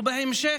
ובהמשך,